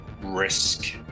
risk